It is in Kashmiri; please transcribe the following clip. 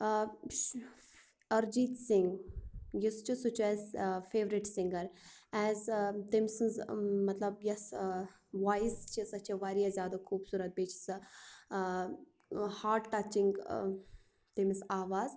ٲں ارجیٖت سِنٛگھ یُس چھُ سُہ چھُ اسہِ ٲں فیورِٹ سِنٛگر ایز ٲں تٔمۍ سٕنٛز مطلب یۄس ٲں وایس چھِ سۄ چھِ واریاہ زیادٕ خوبصوٗرت بیٚیہِ چھِ سۄ ٲں ہارٹ ٹَچِنٛگ ٲں تٔمس آواز